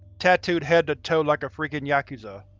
tattooed head to toe like a freaking yakuza.